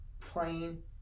Plain